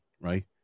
right